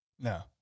No